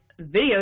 video